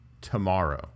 tomorrow